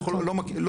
אנחנו לא מכירים,